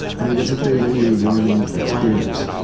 and it was a very, very rewarding experience